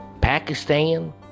Pakistan